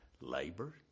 Labor